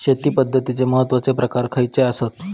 शेती पद्धतीचे महत्वाचे प्रकार खयचे आसत?